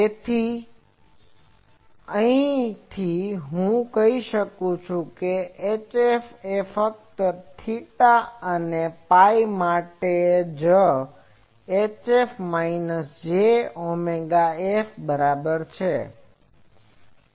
તેથી અહીંથી હું કહી શકું છું કે HF ફક્ત theta અને phi માટે જ HF minus j omega F બરાબર છે